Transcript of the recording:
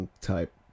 type